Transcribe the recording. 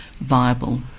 viable